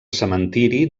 cementiri